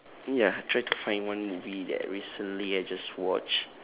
ya try to find one movie that recently I just watched